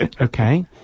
okay